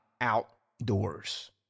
outdoors